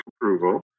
approval